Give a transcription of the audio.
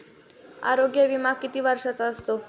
आरोग्य विमा किती वर्षांचा असतो?